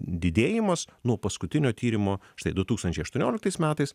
didėjimas nuo paskutinio tyrimo štai du tūkstančiai aštuonioliktais metais